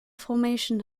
formation